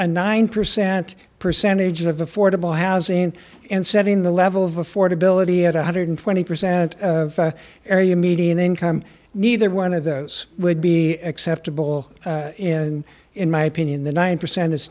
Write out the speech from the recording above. a nine percent percentage of affordable housing and setting the level of affordability at one hundred twenty percent area median income neither one of those would be acceptable in in my opinion the nine percent is